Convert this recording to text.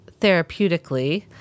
therapeutically